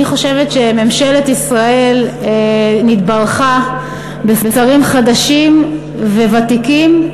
אני חושבת שממשלת ישראל נתברכה בשרים חדשים וותיקים,